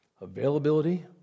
Availability